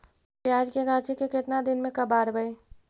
प्याज के गाछि के केतना दिन में कबाड़बै?